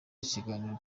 ikiganiro